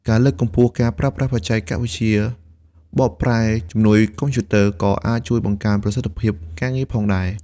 ការលើកកម្ពស់ការប្រើប្រាស់បច្ចេកវិទ្យាបកប្រែជំនួយកុំព្យូទ័រ ក៏អាចជួយបង្កើនប្រសិទ្ធភាពការងារផងដែរ។